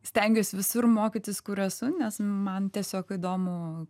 stengiuosi visur mokytis kur esu nes man tiesiog įdomu